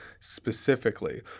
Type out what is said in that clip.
specifically